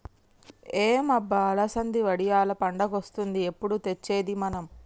ఏం అబ్బ అలసంది వడియాలు పండగొస్తాంది ఎప్పుడు తెచ్చేది మనం